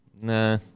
Nah